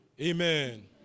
Amen